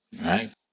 Right